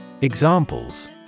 Examples